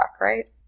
right